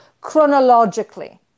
chronologically